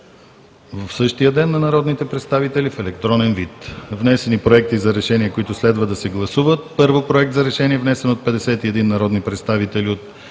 в същия ден на народните представители в електронен вид. Внесени проекти за решение, които следва да се гласуват: 1. Проект за решение, внесен от 51 народни представители от